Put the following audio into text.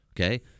Okay